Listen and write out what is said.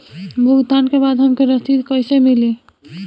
भुगतान के बाद हमके रसीद कईसे मिली?